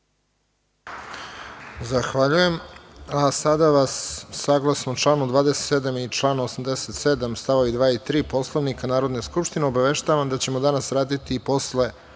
Zahvaljujem. Sada vas saglasno članu 27. i članu 87. st. 2. i 3. Poslovnika Narodne skupštine obaveštavam da ćemo danas raditi i posle